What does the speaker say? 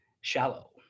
shallow